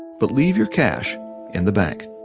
but leave your cash in the bank